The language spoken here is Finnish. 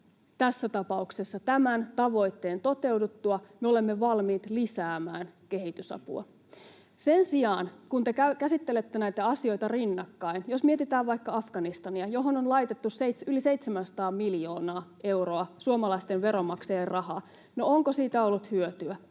tässä tapauksessa tämän tavoitteen toteuduttua me olemme valmiit lisäämään kehitysapua. Kun te sen sijaan käsittelette näitä asioita rinnakkain, niin jos mietitään vaikka Afganistania, johon on laitettu yli 700 miljoonaa euroa suomalaisten veronmaksajien rahaa — no, onko siitä ollut hyötyä?